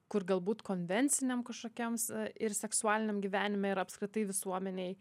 kur galbūt konvenciniam kažkokiems ir seksualiniam gyvenime ir apskritai visuomenėj